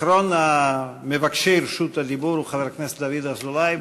אחרון מבקשי רשות הדיבור הוא חבר הכנסת דוד אזולאי,